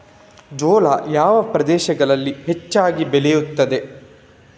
ಜೋಳ ಯಾವ ಪ್ರದೇಶಗಳಲ್ಲಿ ಹೆಚ್ಚಾಗಿ ಬೆಳೆಯುತ್ತದೆ?